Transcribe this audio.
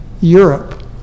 Europe